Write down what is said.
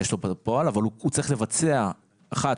אבל הוא צריך לבצע 1,